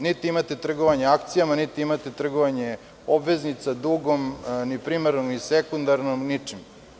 Niti imate trgovanje akcijama, niti imate trgovanje obveznica dugom, ni primarnom, ni sekundarnom, ničim.